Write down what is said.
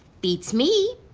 beats me.